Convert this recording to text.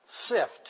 Sift